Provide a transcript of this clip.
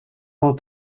pan